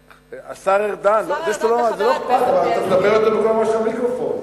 השר ארדן, אתה מדבר בקול רם יותר מאשר במיקרופון.